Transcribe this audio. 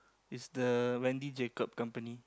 it's the Wendy Jacob company